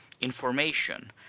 information